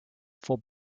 for